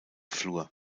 flur